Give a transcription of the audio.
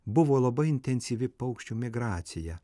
buvo labai intensyvi paukščių migracija